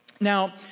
Now